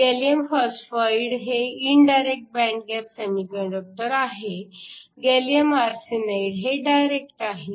gallium phosphide हे indirect band gap semiconductor आहे gallium arsenide हे डायरेक्ट आहे